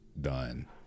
done